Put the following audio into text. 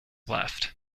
left